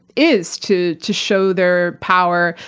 is to to show their power,